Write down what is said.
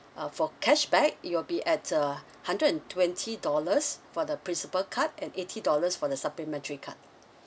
uh for cashback it'll be at a hundred and twenty dollars for the principal card and eighty dollars for the supplementary card